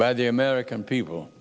by the american people